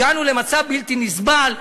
הגענו למצב בלתי נסבל.